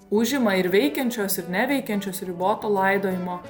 užima ir veikiančios ir neveikiančios riboto laidojimo